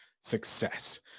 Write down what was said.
success